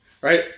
right